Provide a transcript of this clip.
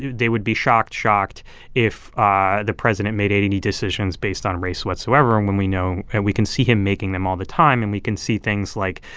they would be shocked-shocked if ah the president made any decisions based on race whatsoever and when we know and we can see him making them all the time. and we can see things like